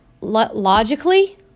logically